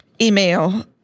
email